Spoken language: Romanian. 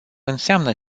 înseamnă